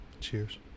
Cheers